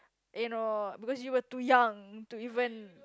you know because you were too young to even